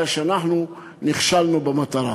הרי אנחנו נכשלנו במטרה.